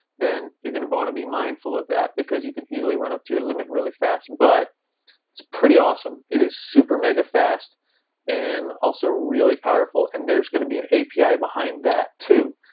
then you're going to but want to be mindful of that, because you can easily run up to your limit really fast, but it's pretty awesome. it is super mega fast and also really powerful. and there's going to be an api behind that, too.